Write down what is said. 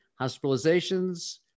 hospitalizations